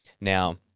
Now